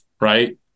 Right